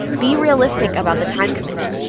be realistic about the time commitment.